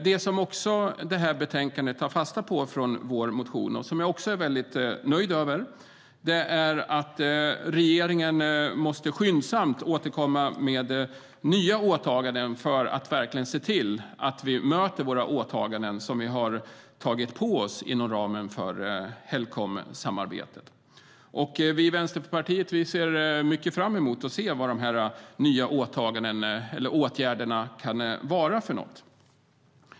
Det som man i det här betänkandet också tar fasta på från vår motion, och som jag också är väldigt nöjd över, är att regeringen skyndsamt måste återkomma med nya åtgärder för att verkligen se till att vi uppfyller våra åtaganden, som vi har tagit på oss inom ramen för Helcomsamarbetet. Vi i Vänsterpartiet ser mycket fram emot att se vilka de nya åtgärderna kan vara.